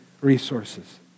resources